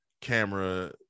camera